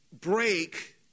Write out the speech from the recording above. break